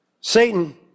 Satan